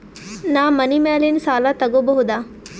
ನಾ ಮನಿ ಮ್ಯಾಲಿನ ಸಾಲ ತಗೋಬಹುದಾ?